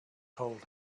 told